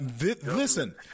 Listen